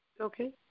Okay